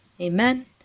amen